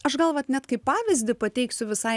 aš gal vat net kaip pavyzdį pateiksiu visai